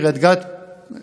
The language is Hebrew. קריית גת ובורגתה.